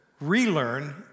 relearn